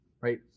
right